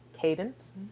cadence